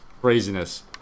Craziness